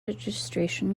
registration